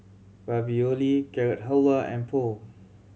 Ravioli Carrot Halwa and Pho